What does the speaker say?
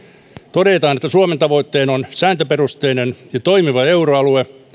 todetaan että suomen tavoitteena on sääntöperusteinen ja toimiva euroalue